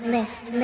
List